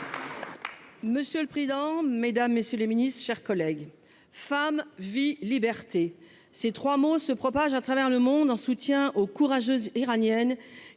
Monsieur le président, Mesdames, messieurs les Ministres, chers collègues, femme vie liberté ces 3 mots se propage à travers le monde en soutien aux courageuse iranienne